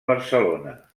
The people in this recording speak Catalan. barcelona